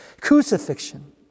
crucifixion